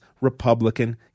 Republican